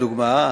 לדוגמה,